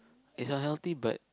it's unhealthy but